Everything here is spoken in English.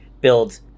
build